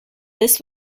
this